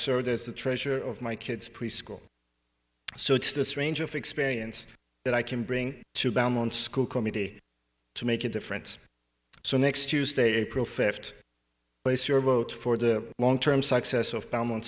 served as the treasurer of my kids preschool so it's this range of experience that i can bring to bear on one school committee to make a difference so next tuesday april first base your vote for the long term success of belmont